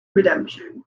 redemption